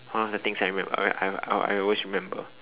one of the things I remember I I I will always remember